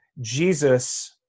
Jesus